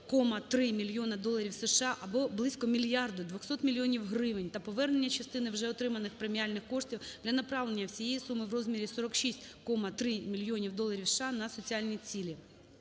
мільйона доларів США (або близько мільярду двохсот мільйонів гривень) та повернення частини вже отриманих преміальних коштів для направлення всієї суми в розмірі 46,3 мільйонів доларів США на соціальні цілі.